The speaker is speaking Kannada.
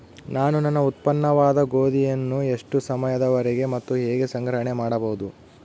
ನಾನು ನನ್ನ ಉತ್ಪನ್ನವಾದ ಗೋಧಿಯನ್ನು ಎಷ್ಟು ಸಮಯದವರೆಗೆ ಮತ್ತು ಹೇಗೆ ಸಂಗ್ರಹಣೆ ಮಾಡಬಹುದು?